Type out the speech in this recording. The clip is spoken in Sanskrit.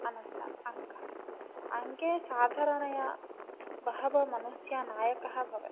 अनन्तरम् अङ्कम् अङ्के साधारणतया बहवः मनुष्याः नायकाः भवन्ति